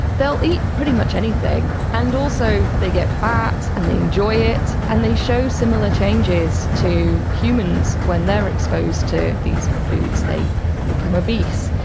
they will eat pretty much anything. and also they get fat and they enjoy it and they show similar changes to humans when they are exposed to these foods, they become obese.